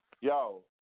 Yo